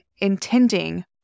intending